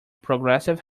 progressive